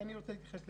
להם כן לתת?